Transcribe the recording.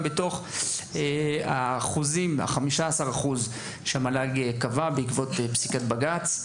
בתוך 15% שהמל"ג קבע בעקבות פסיקת בג"ץ,